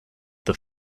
the